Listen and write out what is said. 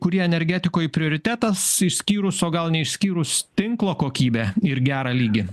kurie energetikoj prioritetas išskyrus o gal ne išskyrus tinklo kokybę ir gerą lygį